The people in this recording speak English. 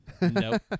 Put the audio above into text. Nope